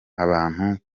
abantu